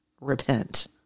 repent